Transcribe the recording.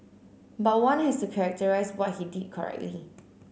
but one has to characterise what he did correctly